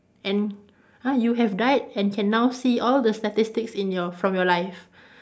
and !huh! you have died and can now see all the statistics in your from your life